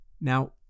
Now